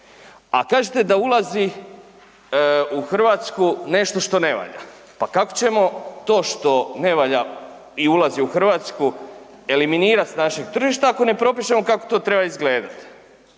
A kažete da ulazi u Hrvatsku nešto što ne valja? Pa kako ćemo to što ne valja i ulazi u Hrvatsku eliminirati s našeg tržišta, ako ne propišemo kako to treba izgledati?